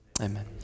Amen